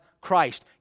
Christ